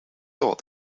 thought